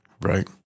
Right